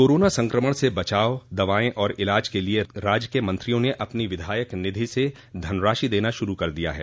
corona संक्रमण से बचाव दवाएं और इलाज के लिए राज्य के मंत्रियों ने अपनी विधायक निधि से धनराशि देना शुरू कर दिया है